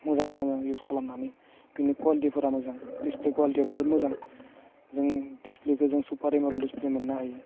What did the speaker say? मोजां नाङो इउस खालामनानै बेनि क्वालिटिफोरा मोजां डिसप्ले क्वालिटिया बहुत मोजां जों डिसप्लेखौ जों सुपार एम'लेड डिसप्ले मोननो हायो